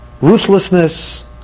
ruthlessness